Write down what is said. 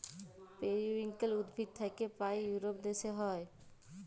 periwinkle উদ্ভিদ থাক্যে পায় ইউরোপ দ্যাশে হ্যয়